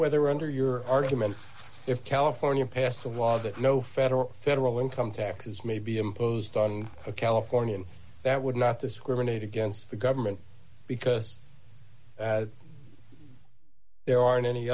wonder whether under your argument if california passed a law that no federal federal income taxes may be imposed on a californian that would not discriminate against the government because there aren't any